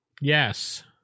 Yes